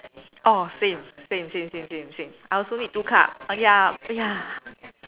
orh same same same same same same I also need two cup ya ya